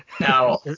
Now